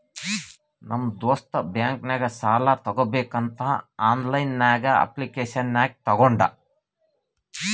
ನಮ್ ದೋಸ್ತ್ ಬ್ಯಾಂಕ್ ನಾಗ್ ಸಾಲ ತಗೋಬೇಕಂತ್ ಆನ್ಲೈನ್ ನಾಗೆ ಅಪ್ಲಿಕೇಶನ್ ಹಾಕಿ ತಗೊಂಡ್